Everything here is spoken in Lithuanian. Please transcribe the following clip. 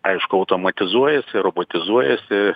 aišku automatizuojasi robotizuojasi